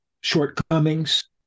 shortcomings